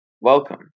welcome